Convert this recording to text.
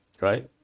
Right